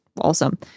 awesome